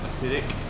acidic